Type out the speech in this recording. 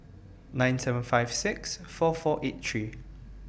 nine seven five six four four eight three